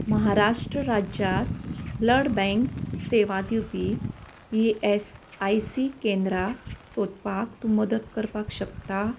महाराष्ट्र राज्यांत blood bank सेवा दिवपी ई एस आय सी केंद्रां सोदपाक तूं मदत करपाक शकता